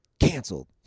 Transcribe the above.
Canceled